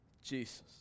Jesus